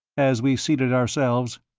as we seated ourselves